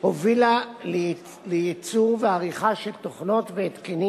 הובילה לייצור ועריכה של תוכנות והתקנים